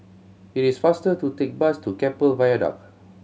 it is faster to take the bus to Keppel Viaduct